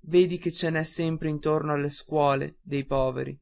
vedi che ce n'è sempre intorno alle scuole dei poveri